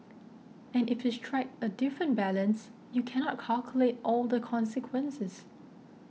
and if you strike a different balance you cannot calculate all the consequences